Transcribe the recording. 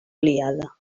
aliada